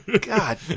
God